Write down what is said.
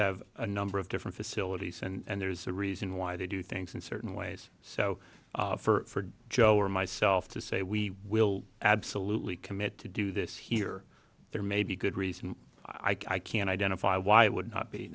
have a number of different facilities and there's a reason why they do things in certain ways so for joe or myself to say we will absolutely commit to do this here there may be good reason i can identify why it would not be